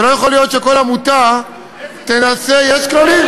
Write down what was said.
ולא יכול להיות שכל עמותה תנסה, איזה כללים?